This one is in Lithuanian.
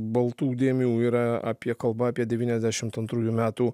baltų dėmių yra apie kalba apie devyniasdešimt antrųjų metų